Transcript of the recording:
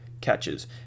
catches